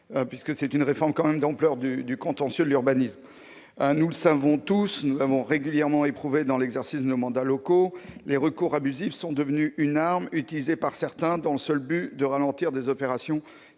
24 opère une réforme d'ampleur du contentieux de l'urbanisme. Nous le savons tous, pour l'avoir régulièrement éprouvé dans l'exercice de nos mandats locaux, les recours abusifs sont devenus des armes utilisées par certains dans le seul but de ralentir des opérations.